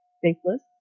faithless